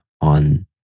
on